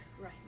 right